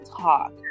talk